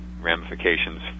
ramifications